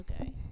okay